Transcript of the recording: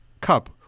cup